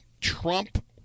Trump